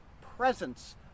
presence